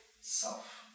self